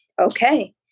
Okay